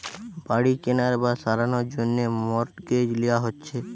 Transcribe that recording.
বাড়ি কেনার বা সারানোর জন্যে মর্টগেজ লিয়া হচ্ছে